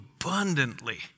abundantly